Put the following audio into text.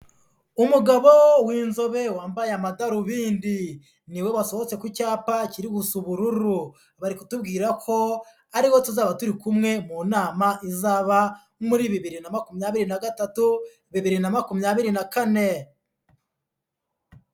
Umugabo w'inzobe wambaye amadarubindi, ni we wasohotse ku cyapa kiri gusa ubururu, bari kutubwira ko ari we tuzaba turi kumwe mu nama izaba muri bibiri na makumyabiri na gatatu, bibiri na makumyabiri na kane.